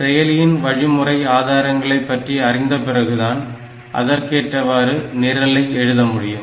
செயலியின் வழிமுறை ஆதாரங்களை பற்றி அறிந்த பிறகு தான் அதற்கேற்றவாறு நிரலை எழுத முடியும்